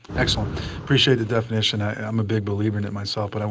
excellent. appreciate the definition. ah i'm a big believer in it myself, but and